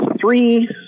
three